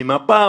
ממפ"ם,